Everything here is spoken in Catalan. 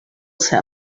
cel